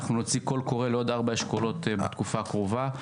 אנחנו נוציא קול קורא לעוד ארבעה אשכולות בתקופה הקרובה.